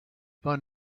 van